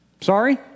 Sorry